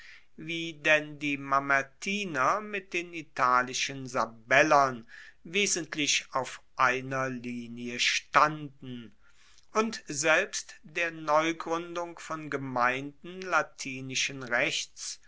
wie denn die mamertiner mit den italischen sabellern wesentlich auf einer linie standen und selbst der neugruendung von gemeinden latinischen rechts